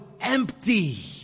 empty